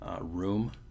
room